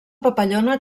papallona